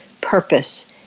purpose